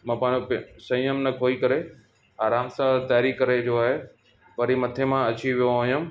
मां पंहिंजो पि संयम न खोई करे आराम सां तरी करे जो आहे वरी मथे मां अची वियो हुयुमि